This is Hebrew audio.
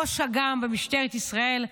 ראש אג"מ במשטרת ישראל,